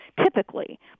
typically